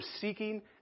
seeking